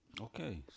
Okay